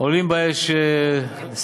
עולים באש שדות